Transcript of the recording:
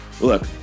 Look